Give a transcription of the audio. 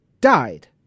died